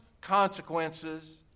consequences